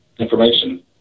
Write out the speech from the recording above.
information